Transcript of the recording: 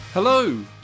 Hello